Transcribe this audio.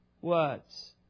words